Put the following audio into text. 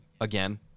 again